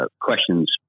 questions